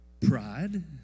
Pride